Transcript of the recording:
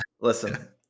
Listen